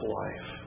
life